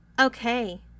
Okay